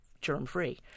germ-free